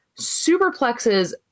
superplexes